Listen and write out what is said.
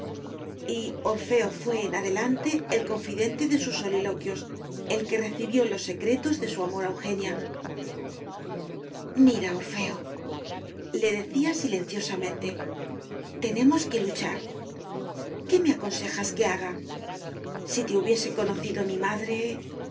y orfeo fué en adelante el confidente de sus soliloquios el que recibió los secretos de su amor a eugenia mira orfeole decía silenciosamente tenemos que luchar qué me aconsejas que haga si te hubiese conocido mi madre